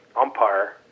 umpire